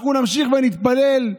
אנחנו נמשיך ונתפלל: